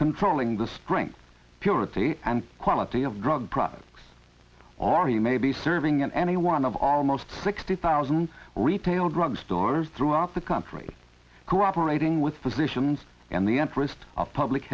controlling the strength purity and quality of drug products or you may be serving at any one of almost sixty thousand retail drug stores throughout the country cooperating with physicians in the interest of public